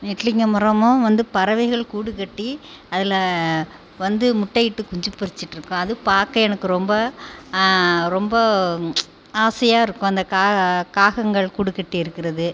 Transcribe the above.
நெட்லிங்கம் மரமும் வந்து பறவைகள் கூடு கட்டி அதில் வந்து முட்டையிட்டு குஞ்சு பொறிச்சிட்டு இருக்கும் அது பார்க்க எனக்கு ரொம்ப ரொம்ப ஆசையாக இருக்கும் அந்த காகங்கள் கூடுகட்டி இருக்கிறது